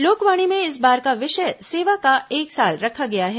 लोकवाणी में इस बार का विषय सेवा का एक साल रखा गया है